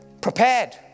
Prepared